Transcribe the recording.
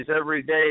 everyday